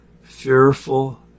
fearful